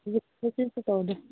ꯍꯧꯖꯤꯛꯇꯤ ꯀꯔꯤꯁꯨ ꯇꯧꯗꯦ